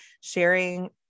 sharing